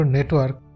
Network